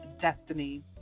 destiny